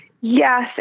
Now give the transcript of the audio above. Yes